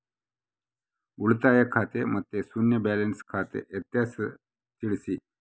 ಉಳಿತಾಯ ಖಾತೆ ಮತ್ತೆ ಶೂನ್ಯ ಬ್ಯಾಲೆನ್ಸ್ ಖಾತೆ ವ್ಯತ್ಯಾಸ ತಿಳಿಸಿ?